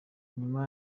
nyuma